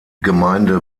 gemeinde